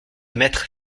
mettre